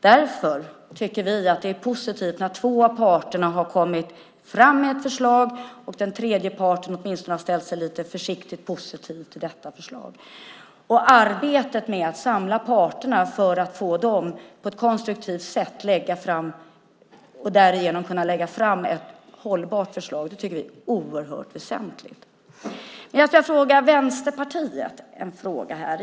Därför tycker vi att det är positivt när två av parterna har kommit fram med ett förslag och den tredje parten åtminstone har ställt sig lite försiktigt positiv till detta förslag. Arbetet med att samla parterna för att därigenom kunna lägga fram ett hållbart förslag tycker vi är oerhört väsentligt. Jag skulle vilja ställa en fråga till Vänsterpartiet.